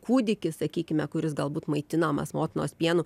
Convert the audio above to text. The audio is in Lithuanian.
kūdikis sakykime kuris galbūt maitinamas motinos pienu